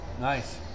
nice